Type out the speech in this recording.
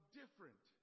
different